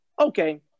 Okay